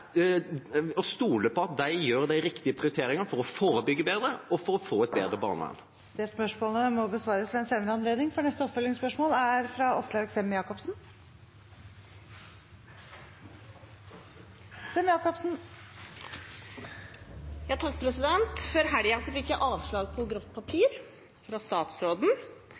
å gi kommunene gode rom, styrke kommunene og stole på at de gjør de riktige prioriteringene for å forebygge bedre og for å få et bedre barnevern. Det spørsmålet må besvares ved en senere anledning, for neste oppfølgingsspørsmål er fra Åslaug Sem-Jacobsen. Før helgen fikk jeg avslag på grått papir fra statsråden